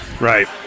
Right